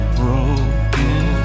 broken